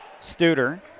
Studer